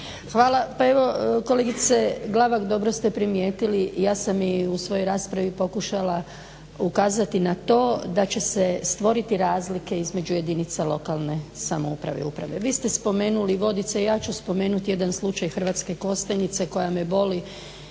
Hvala. Pa evo kolegice Glavak dobro ste primijetili. Ja sam i u svojoj raspravi pokušala ukazati na to da će se stvoriti razlike između jedinica lokalne samouprave i uprave. Vi ste spomenuli Vodice. Ja ću spomenuti jedan slučaj Hrvatske Kostajnice koja me boli